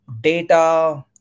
data